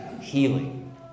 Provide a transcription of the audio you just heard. healing